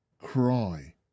Cry